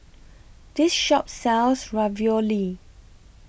This Shop sells Ravioli